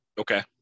okay